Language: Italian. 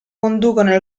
conducono